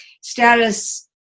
status